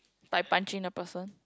by punching the person